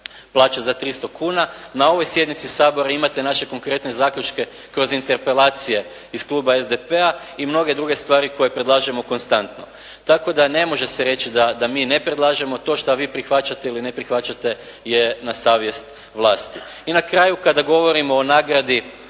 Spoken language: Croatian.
plaća za 300 kuna. Na ovoj sjednici Sabora imate naše konkretne zaključke kroz interpelacije iz Kluba SDP-a i mnoge druge stvari koje predlažemo konstantno. Tako da ne može se reći da mi ne predlažemo. To što vi prihvaćate ili ne prihvaćate je na savjest vas. I na kraju kada govorimo o nagradi